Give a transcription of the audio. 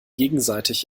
gegenseitig